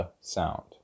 sound